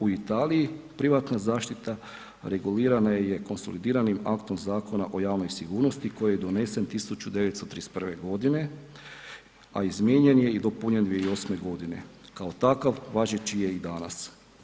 U Italiji, privatna zaštita regulirana je konsolidiranim aktom Zakona o javnoj sigurnosti koji je donesen 1931.g., a izmijenjen je i dopunjen 2008.g., kao takav važeći je i danas.